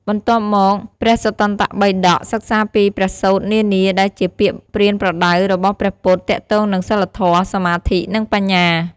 បន្ទាប់មក ព្រះសុត្តន្តបិដក សិក្សាពីព្រះសូត្រនានាដែលជាពាក្យប្រៀនប្រដៅរបស់ព្រះពុទ្ធទាក់ទងនឹងសីលធម៌ សមាធិ និងបញ្ញា។